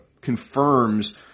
confirms